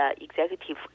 executive